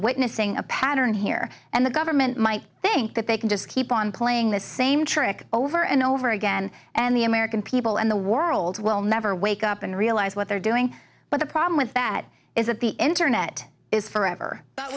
witnessing a pattern here and the government might think that they can just keep on playing the same trick over and over again and the american people and the world will never wake up and realize what they're doing but the problem with that is that the internet is forever